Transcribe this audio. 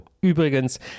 Übrigens